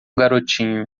garotinho